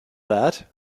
that